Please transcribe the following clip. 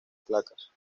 placas